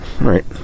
right